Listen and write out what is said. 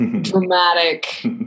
dramatic